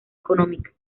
económica